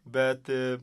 bet a